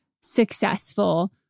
successful